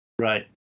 Right